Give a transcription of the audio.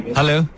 Hello